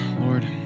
Lord